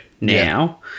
Now